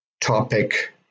topic